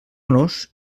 nos